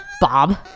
Bob